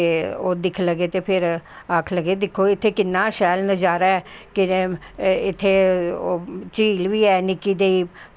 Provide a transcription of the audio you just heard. ते ओह् दिक्खन लगे ते फिर आक्खन लगे दिक्खो इत्थें किन्ना शैल नज़ारा ऐ इत्थें झील बी ऐ निक्की जेही